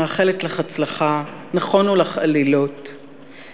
הביאה אל שורות המפלגה מאות ואלפי צעירים שמזדהים